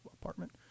apartment